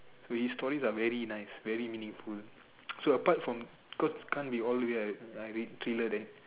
so his stories are very nice very meaningful so apart from cause can't be all the way I I read thriller then